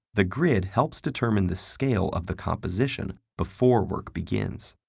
the grid helps determine the scale of the composition before work begins,